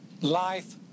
life